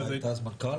אתה היית אז המנכ"ל?